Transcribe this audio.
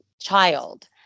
child